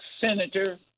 senator